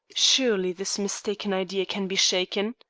surely this mistaken idea can be shaken?